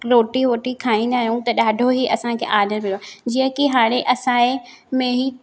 रोटी वोटी खाईंदा आहियूं त ॾाढो ई असांखे आड पियो आहे जीअं की हाणे असांजे में ई